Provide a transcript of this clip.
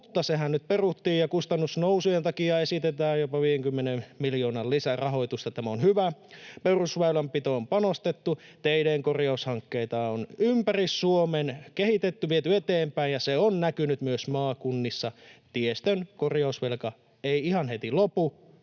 mutta sehän nyt peruttiin, ja kustannusnousujen takia esitetään jopa 50 miljoonan lisärahoitusta — tämä on hyvä. Perusväylänpitoon on panostettu. Teiden korjaushankkeita on ympäri Suomen kehitetty, viety eteenpäin, ja se on näkynyt myös maakunnissa. Tiestön korjausvelka ei ihan heti lopu,